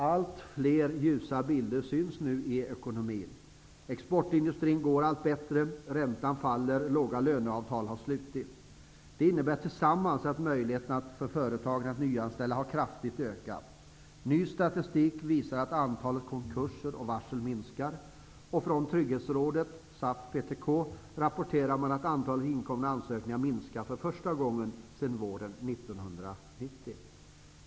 Allt fler ljusa bilder syns nu i ekonomin. Exportindustrin går allt bättre, räntan faller, låga löneavtal har slutits. Detta innebär sammantaget att möjligheten för företagen att nyanställa har ökat kraftigt. Ny statistik visar att antalet konkurser och varsel minskar. Från Trygghetsrådet SAF-PTK rapporterar man att antalet inkomna ansökningar minskar för första gången sedan våren 1990.